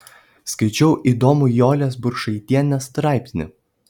skaičiau įdomų jolės burkšaitienės straipsnį